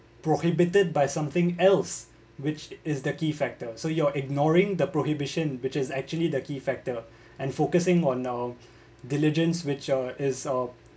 prohibited by something else which is the key factor so you're ignoring the prohibition because actually the key factor and focusing on a diligence which uh is uh